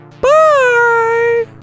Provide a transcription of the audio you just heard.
Bye